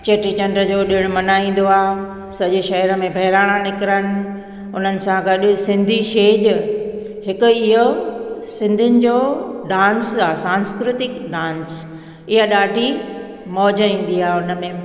चेटी चंंड जो ॾिण मल्हाईंदो आहे सॼे शहर में बहिराणा निकरनि उन्हनि सां गॾु सिंधी छेॼ हिकु इहो सिंधियुनि जो डांस आहे सांस्कृतिक डांस इहो ॾाढी मौज ईंदी आहे उन में